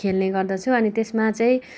खेल्ने गर्दछु अनि त्यसमा चाहिँ